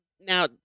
now